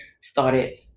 Started